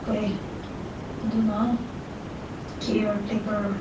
ꯐꯩ ꯑꯗꯨꯅ ꯀꯤꯌꯥꯔꯇꯦꯀꯔ